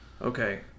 Okay